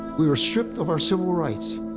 we were stripped of our civil rights.